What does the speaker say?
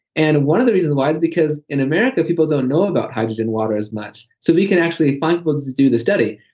and one of the reasons why is because in america people don't know about hydrogen water as much, so we can actually find people to do the study.